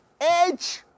edge